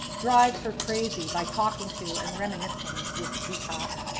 drives her crazy by talking to and reminiscing with the peacock.